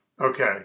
okay